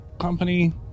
company